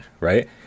right